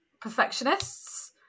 perfectionists